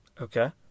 Okay